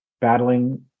battling